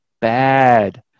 bad